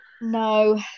no